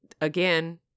Again